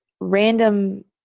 random